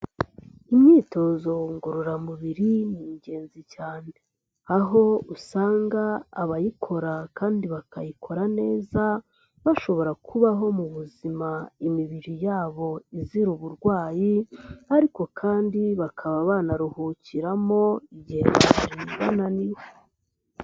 Imyitozo ngororamubiri ni ingenzi cyane, aho usanga abayikora kandi bakayikora neza, bashobora kubaho mu buzima imibiri yabo izira uburwayi, ariko kandi bakaba banaruhukiramo igihe bari bananiwe.